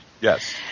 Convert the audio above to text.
Yes